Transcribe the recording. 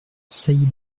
sailly